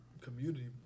community